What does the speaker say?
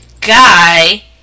guy